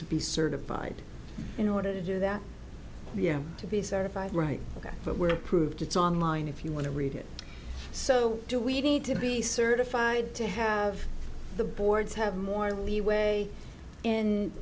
to be certified in order to do that you have to be certified right ok but were approved it's online if you want to read it so do we need to be certified to have the boards have more leeway in